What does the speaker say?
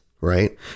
Right